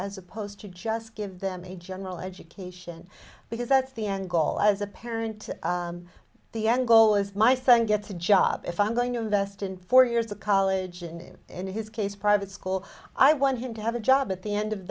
as opposed to just give them a general education because that's the end goal as a parent the end goal is my thing gets a job if i'm going to invest in four years of college and in his case private school i want him to have a job at the end of